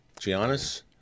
Giannis